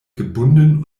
gebunden